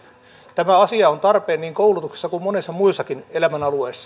tämä asia on tarpeen niin koulutuksessa kuin monilla muillakin elämänalueilla